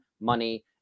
money